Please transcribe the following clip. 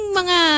mga